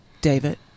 David